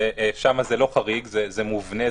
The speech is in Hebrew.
ושם זה לא חריג, זה מובנה.